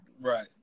Right